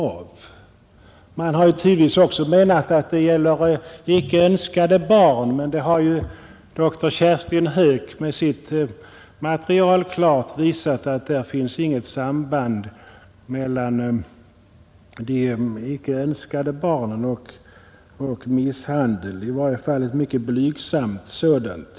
Tidvis har också hävdats att det gäller icke önskade barn, men dr Kerstin Höök har med sitt material klart bevisat att det inte finns något samband mellan de icke önskade barnen och misshandel, i varje fall ett mycket blygsamt sådant.